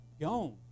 gone